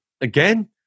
again